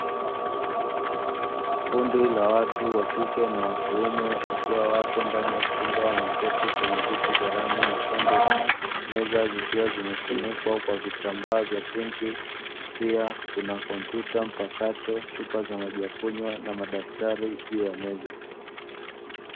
Kundi la watu, wa kike na wa kiume, wakiwa wapo ndani ya chumba. Wameketi kwenye viti vya rangi nyekundu, meza zikiwa zimefunikwa kwa vitambaa vya pinki, pia kuna kompyuta mpakato, chupa za maji ya kunywa na madaftari juu ya meza.